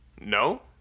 No